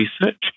research